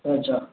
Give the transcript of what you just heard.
अच्छा